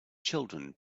children